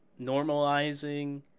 normalizing